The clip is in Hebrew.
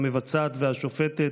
המבצעת והשופטת,